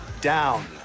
down